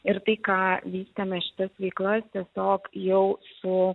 ir tai ką vystėme šitas veiklas tiesiog jau su